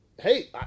Hey